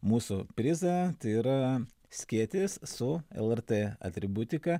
mūsų prizą tai yra skėtis su lrt atributika